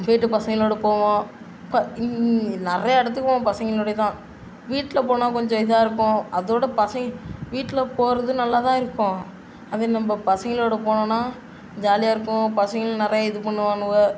போய்ட்டு பசங்களோடு போவோம் இப்போ நிறையா இடத்துக்கு போவோம் பசங்களோடயே தான் வீட்டில் போனால் கொஞ்சம் இதாக இருக்கும் அதோடு பசங்க வீட்டில் போகிறதும் நல்லாதான் இருக்கும் அதே நம்ம பசங்களோடு போனோம்னா ஜாலியாக இருக்கும் பசங்களும் நிறையா இது பண்ணுவானுக